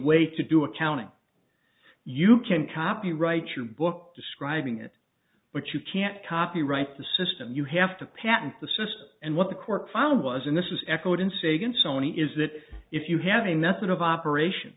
way to do accounting you can copyright your book describing it but you can't copyright the system you have to patent the system and what the court found was and this is echoed in sagan sony is that if you have a method of operation